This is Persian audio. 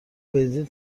بنزین